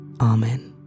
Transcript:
Amen